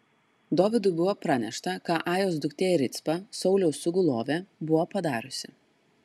dovydui buvo pranešta ką ajos duktė ricpa sauliaus sugulovė buvo padariusi